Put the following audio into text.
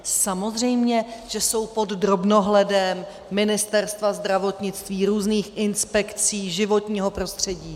Samozřejmě že jsou pod drobnohledem Ministerstva zdravotnictví, různých inspekcí životního prostředí.